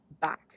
back